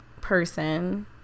person